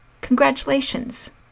congratulations